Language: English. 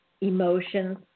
emotions